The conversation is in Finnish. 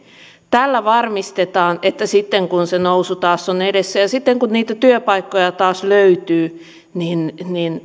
tällä varmistetaan että sitten kun se nousu taas on edessä ja sitten kun niitä työpaikkoja taas löytyy